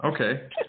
Okay